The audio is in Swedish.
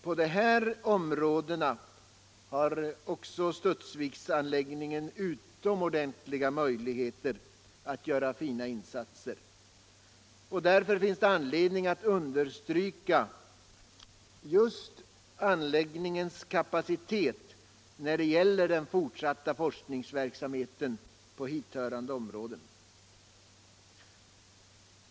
På de här områdena har Studsviksanläggningen utomordentliga möjligheter att göra fina insatser. Och därför finns det anledning att understryka Studsviksanläggningens kapacitet när det gäller den fortsatta forskningsverksamheten på hithörande områden.